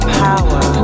power